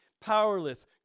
powerless